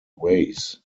ways